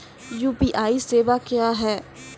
UPI सेवा क्या हैं?